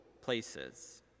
places